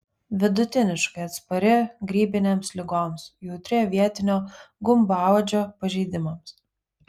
vidutiniškai atspari grybinėms ligoms jautri avietinio gumbauodžio pažeidimams